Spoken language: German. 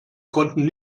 konnten